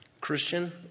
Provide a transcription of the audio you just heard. Christian